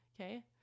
okay